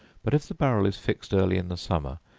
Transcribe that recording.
but if the barrel is fixed early in the summer,